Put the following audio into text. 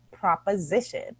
proposition